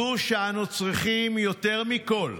זו שאנו צריכים יותר מכול,